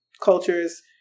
cultures